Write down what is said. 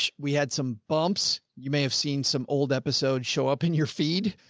we had some bumps. you may have seen some old episodes show up in your feed.